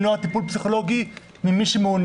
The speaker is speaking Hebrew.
שאומרות: מה אתם מונעים טיפולים פסיכולוגים ממי שרוצה?